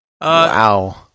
wow